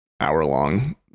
hour-long